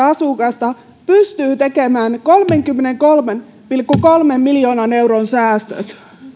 asukasta pystyy tekemään kolmenkymmenenkolmen pilkku kolmen miljoonan euron säästöt